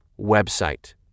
website